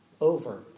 over